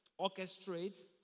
orchestrates